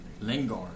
Lingard